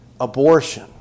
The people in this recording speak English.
abortion